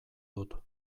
dut